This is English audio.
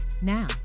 Now